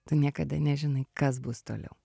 tu niekada nežinai kas bus toliau